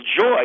joy